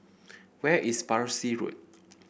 where is Parsi Road